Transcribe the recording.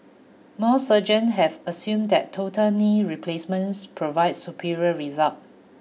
most surgeon have assumed that total knee replacements provides superior result